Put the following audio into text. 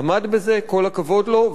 עמד בזה, כל הכבוד לו.